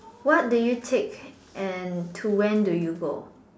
what do you take and to when do you go